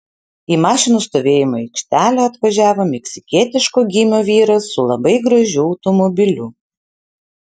į mašinų stovėjimo aikštelę atvažiavo meksikietiško gymio vyras su labai gražiu automobiliu